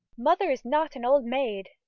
mother is not an old maid,